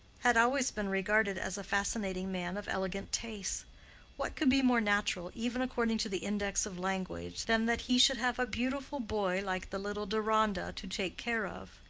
had always been regarded as a fascinating man of elegant tastes what could be more natural, even according to the index of language, than that he should have a beautiful boy like the little deronda to take care of?